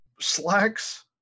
slacks